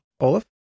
Olaf